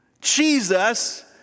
Jesus